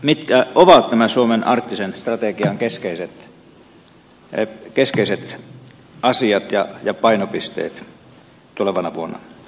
mitkä ovat nämä suomen arktisen strategian keskeiset asiat ja painopisteet tulevana vuonna